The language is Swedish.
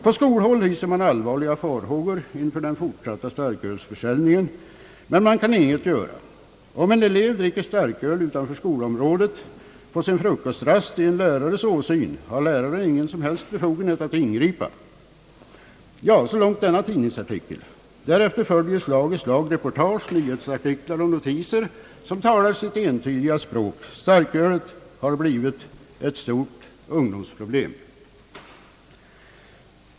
På skolhåll hyser man allvarliga farhågor inför den fortsatta starkölsförsäljningen, men man kan inget göra. Om en elev dricker starköl utanför skolområdet på sin frukostrast i en lärares åsyn, har läraren ingen som helst befogenhet att ingripa.» Ja, så långt denna tidningsartikel. Därefter följer slag i slag reportage, nyhetsartiklar och notiser som talar sitt entydiga språk: starkölet har blivit ett stort ungdomsproblem.